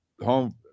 home